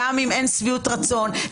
גם אם אין שביעות רצון ממנו,